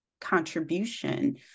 contribution